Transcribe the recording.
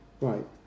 Right